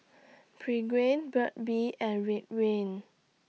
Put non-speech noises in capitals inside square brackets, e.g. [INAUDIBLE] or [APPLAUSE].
[UNINTELLIGIBLE] Burt's Bee and Ridwind